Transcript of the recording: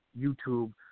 YouTube